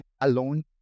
alone